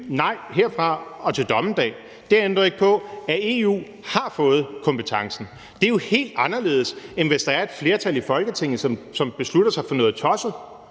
nej herfra og til dommedag, men det ændrer jo ikke på, at EU har fået kompetencen. Det er jo helt anderledes, end hvis der er et flertal i Folketinget, som beslutter sig for noget tosset,